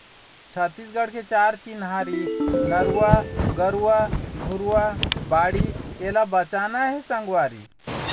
छत्तीसगढ़ के चार चिन्हारी नरूवा, गरूवा, घुरूवा, बाड़ी एला बचाना हे संगवारी